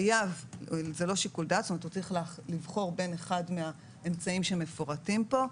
זה לא שיקול דעת אלא הוא צריך לבחור בין אחד מהאמצעים שמפורטים כאן,